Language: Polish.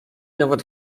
nawet